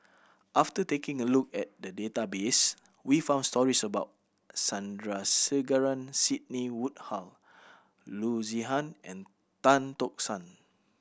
after taking a look at the database we found stories about Sandrasegaran Sidney Woodhull Loo Zihan and Tan Tock San